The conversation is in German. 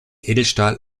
edelstahl